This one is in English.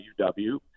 UW